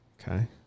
Okay